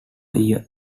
year